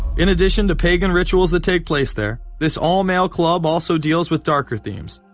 in addition to pagan rituals that take place there, this all-male club also deals with darker themes.